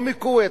או מכוויית,